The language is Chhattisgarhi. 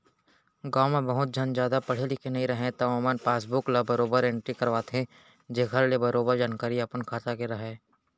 गॉंव म बहुत झन जादा पढ़े लिखे नइ रहयँ त ओमन पासबुक ल बरोबर एंटरी करवाथें जेखर ले बरोबर जानकारी अपन खाता के राहय